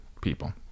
people